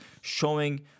showing